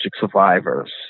survivors